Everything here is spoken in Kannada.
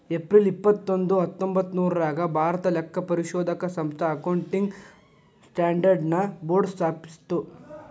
ಏಪ್ರಿಲ್ ಇಪ್ಪತ್ತೊಂದು ಹತ್ತೊಂಭತ್ತ್ನೂರಾಗ್ ಭಾರತಾ ಲೆಕ್ಕಪರಿಶೋಧಕ ಸಂಸ್ಥಾ ಅಕೌಂಟಿಂಗ್ ಸ್ಟ್ಯಾಂಡರ್ಡ್ ನ ಬೋರ್ಡ್ ಸ್ಥಾಪಿಸ್ತು